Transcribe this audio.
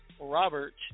Robert